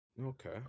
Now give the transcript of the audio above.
Okay